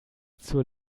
zur